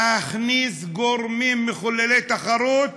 להכניס גורמים מחוללי תחרות,